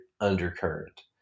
undercurrent